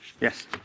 Yes